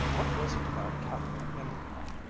what was it about capua, anyhow?